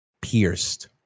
pierced